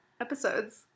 episodes